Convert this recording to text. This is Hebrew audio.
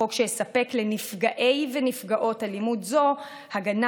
חוק שיספק לנפגעי ונפגעות אלימות זו הגנה